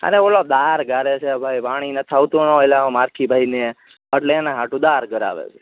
અરે ઓલો દાળ ગારે છે ભાઈ પાણી નથી આવતું એલા ઓ મારખી ભાઈ ને અટલે એના હાટુ દાળ ગરાવે છે